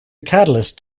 catalyst